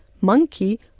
monkey